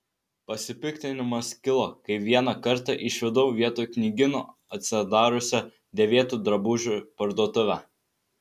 pasipiktinimas kilo kai vieną kartą išvydau vietoj knygyno atsidariusią dėvėtų drabužių parduotuvę